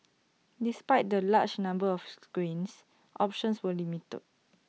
despite the larger number of screens options were limited